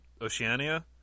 Oceania